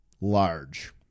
large